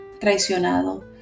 traicionado